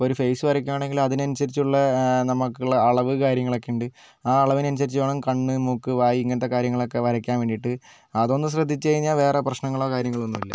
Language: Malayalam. ഇപ്പോൾ ഒരു ഫെയ്സ് വരയ്ക്കുവാണെങ്കിൽ അതിനനുസരിച്ചുള്ള നമുക്കുള്ള അളവ് കാര്യങ്ങളൊക്കെ ഉണ്ട് ആ അളവിനനുസരിച്ച് വേണം കണ്ണ് മൂക്ക് വായ് ഇങ്ങനത്തെ കാര്യങ്ങളൊക്കെ വരയ്ക്കാൻ വേണ്ടിയിട്ട് അതൊന്ന് ശ്രദ്ധിച്ചു കഴിഞ്ഞാൽ വേറെ പ്രശ്നങ്ങളോ കാര്യങ്ങളോ ഒന്നുമില്ല